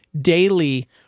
daily